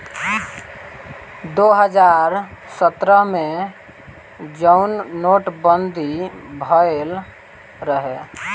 दो हज़ार सत्रह मे जउन नोट बंदी भएल रहे